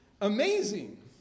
amazing